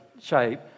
shape